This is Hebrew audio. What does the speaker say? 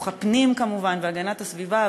הפנים והגנת הסביבה,